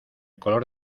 color